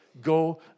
go